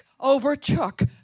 Overtook